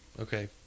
Okay